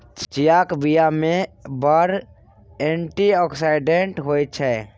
चीयाक बीया मे बड़ एंटी आक्सिडेंट होइ छै